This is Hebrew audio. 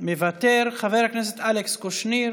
מוותר, חבר הכנסת אלכס קושניר,